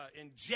inject